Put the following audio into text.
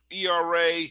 ERA